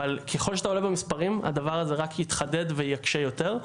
אבל ככל שאתה עולה במספרים הדבר הזה רק יתחדד ויקשה יותר,